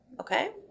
okay